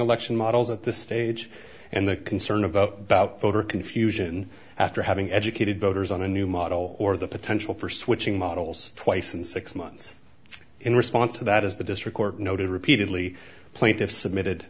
models at this stage and the concern of vote about voter confusion after having educated voters on a new model or the potential for switching models twice in six months in response to that is the district court noted repeatedly plaintiffs submitted